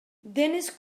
dennis